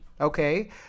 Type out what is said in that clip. Okay